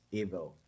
evil